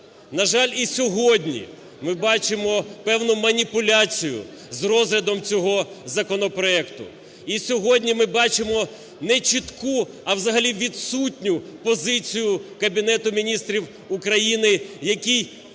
На жаль, і сьогодні ми бачимо певну маніпуляцію з розглядом цього законопроекту. І сьогодні ми бачимо не чітку, а взагалі відсутню позицію Кабінету Міністрів України, який